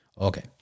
Okay